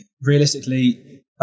realistically